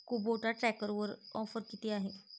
Kubota ट्रॅक्टरवर offer किती आहे?